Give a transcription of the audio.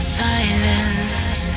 silence